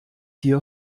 hier